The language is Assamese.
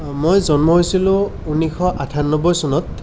মই জন্ম হৈছিলোঁ ঊনৈছশ আঠান্নব্বৈ চনত